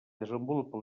desenvolupa